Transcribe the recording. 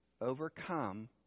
overcome